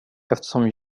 eftersom